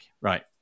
right